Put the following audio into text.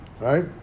right